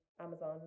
Amazon